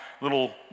little